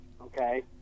okay